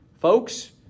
Folks